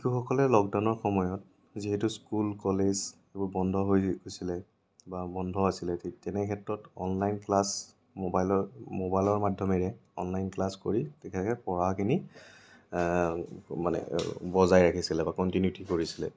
শিশুসকলে লকডাউনৰ সময়ত যিহেতু স্কুল কলেজ এইবোৰ বন্ধ হৈ আছিলে বা বন্ধ আছিলে তে তেনে ক্ষেত্ৰত অনলাইন ক্লাছ মোবাইলৰ মোবাইলৰ মাধ্যমেৰে অনলাইন ক্লাছ কৰি বিশেষকৈ পঢ়াখিনি মানে বজাই ৰাখিছিলে বা কন্টিউনিটি কৰিছিলে